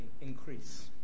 increase